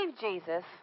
Jesus